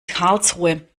karlsruhe